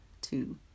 two